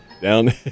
down